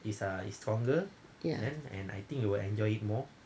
ya